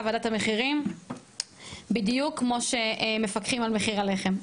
ועדת המחירים ,בדיוק כמו שמפקחים על מחיר הלחם,